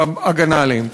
בהגנה עליהם.